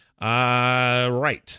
right